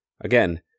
Again